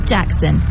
Jackson